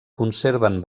conserven